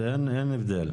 אין הבדל.